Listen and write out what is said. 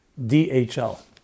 DHL